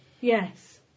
Yes